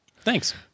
Thanks